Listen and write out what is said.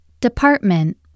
Department